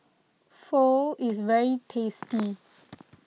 Pho is very tasty